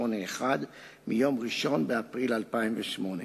381, מיום 1 באפריל 2008,